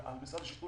על משרד השיכון